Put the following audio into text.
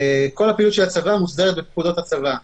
כל הפעילות של הצבא מוסדרת בפקודות הצבא.